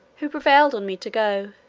who prevailed on me to go,